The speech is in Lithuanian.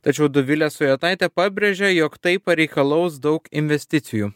tačiau dovilė sujetaitė pabrėžia jog tai pareikalaus daug investicijų